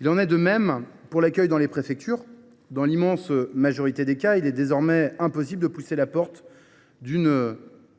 Il en va de même de l’accueil dans les préfectures. Dans l’immense majorité des cas, il est désormais impossible de pousser la porte d’une